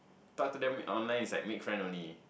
talk to them online is like make friend only